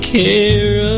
care